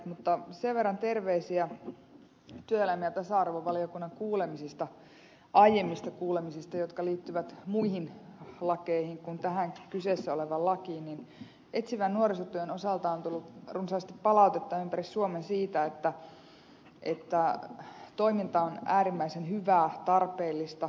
mutta sen verran terveisiä työelämä ja tasa arvovaliokunnan aiemmista kuulemisista jotka liittyvät muihin lakeihin kuin tähän kyseessä olevaan lakiin että etsivän nuorisotyön osalta on tullut runsaasti palautetta ympäri suomen siitä että toiminta on äärimmäisen hyvää tarpeellista